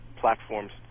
platforms